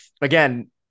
again